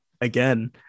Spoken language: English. again